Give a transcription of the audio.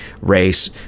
race